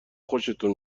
خوشتون